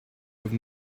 have